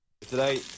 Today